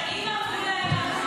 זו האמת.